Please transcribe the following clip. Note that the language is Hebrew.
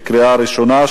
קריאה ראשונה.